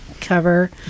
cover